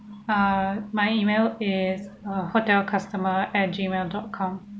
err my email is uh hotel customer at Gmail dot com